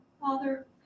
father